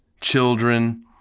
children